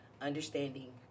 understanding